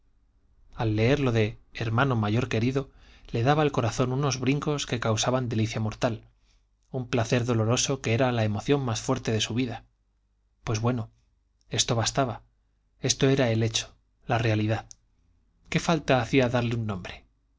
al leer lo de hermano mayor querido le daba el corazón unos brincos que causaban delicia mortal un placer doloroso que era la emoción más fuerte de su vida pues bueno esto bastaba esto era el hecho la realidad qué falta hacía darle un nombre